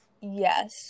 yes